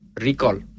recall